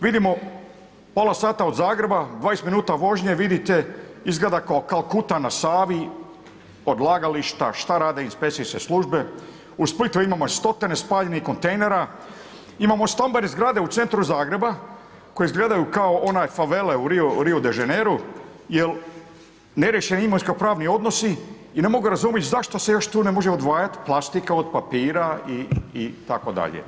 Vidimo pola sata od Zagreba, 20 minuta vožnje vidite izgleda kao kuta na Savi, odlagališta, šta rade inspekcijske službe, u Splitu imamo stotine spaljenih kontejnera, imamo stambene zgrade u centru Zagrebu koje izgledaju kao onaj favele u Rio de Jaineru jel neriješeni imovinsko pravni odnosi i ne mogu razumjet zašto se još tu ne može plastika od papira itd.